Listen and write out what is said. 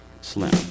Slim